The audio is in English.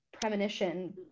premonition